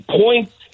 Points